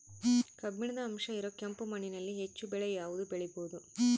ಕಬ್ಬಿಣದ ಅಂಶ ಇರೋ ಕೆಂಪು ಮಣ್ಣಿನಲ್ಲಿ ಹೆಚ್ಚು ಬೆಳೆ ಯಾವುದು ಬೆಳಿಬೋದು?